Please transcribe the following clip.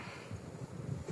orh what she say to you